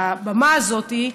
הבמה הזאת,